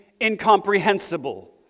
incomprehensible